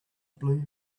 blue